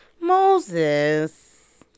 Moses